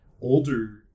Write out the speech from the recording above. older